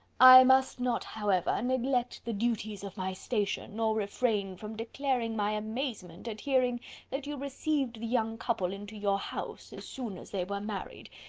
i must not, however, neglect the duties of my station, or refrain from declaring my amazement at hearing that you received the young couple into your house as soon as they were married.